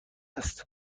است